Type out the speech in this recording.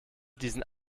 diesen